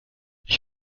ich